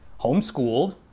Homeschooled